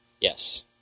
yes